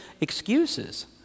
excuses